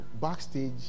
backstage